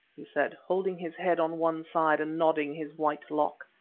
he said, holding his head on one side and nodding his white lock.